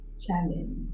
challenge